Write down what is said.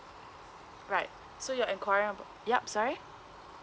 right so you're enquiring about yup sorry